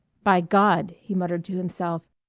by god! he muttered to himself,